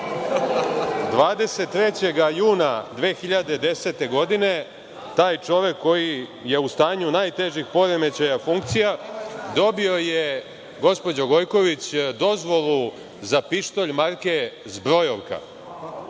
juna 2010. godine taj čovek koji je u stanju najtežih poremećaja funkcija dobio je, gospođo Gojković, dozvolu za pištolj marke „Zbrojovka“.